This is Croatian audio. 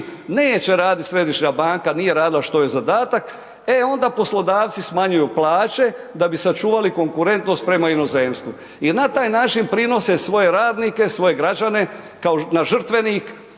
neće raditi središnja banka, nije radila što joj je zadatak, e onda poslodavci smanjuju plaće da bi sačuvali konkurentnost prema inozemstvu i na taj način prinose svoje radnike, svoje građane kao na žrtvenik